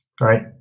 right